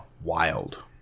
wild